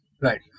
Right